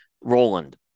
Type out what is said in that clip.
Roland